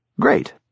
Great